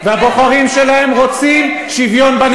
לא,